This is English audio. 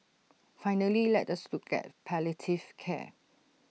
finally let us look at palliative care